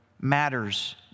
matters